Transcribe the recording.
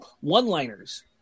one-liners